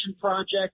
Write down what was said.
project